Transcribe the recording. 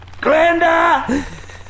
Glenda